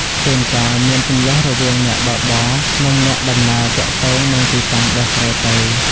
ជួនកាលមានជម្លោះរវាងអ្នកបើកបរ និងអ្នកដំណើរទាក់ទងនឹងទីតាំងដែលត្រូវទៅ។